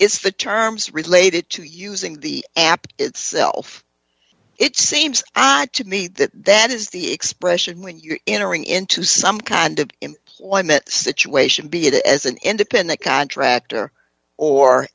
it's the terms related to using the app itself it seems to me that that is the expression when you're entering into some kind of employment situation be it as an independent contractor or